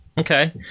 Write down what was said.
Okay